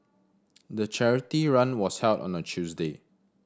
the charity run was held on a Tuesday